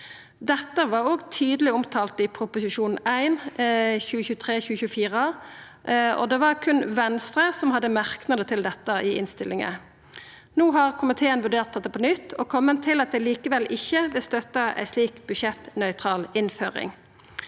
Dette var òg tydeleg omtalt i Prop. 1 S for 2023–2024. Det var berre Venstre som hadde merknader til dette i innstillinga. No har komiteen vurdert dette på nytt og har kome til at dei likevel ikkje vil støtta ei slik budsjettnøytral innføring.